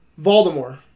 Voldemort